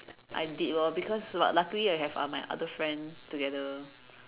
I did lor because lu~ luckily I have uh my other friend together